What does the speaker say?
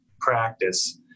practice